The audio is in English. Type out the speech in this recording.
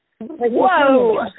Whoa